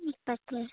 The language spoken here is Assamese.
তাকে